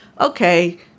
okay